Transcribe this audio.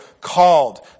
called